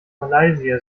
malaysia